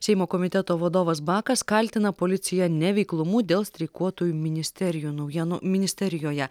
seimo komiteto vadovas bakas kaltina policiją neveiklumu dėl streikuotojų ministerijų naujienų ministerijoje